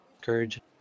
courage